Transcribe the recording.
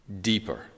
deeper